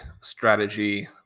strategy